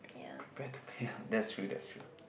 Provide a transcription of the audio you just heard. prepare to pay that's true that's true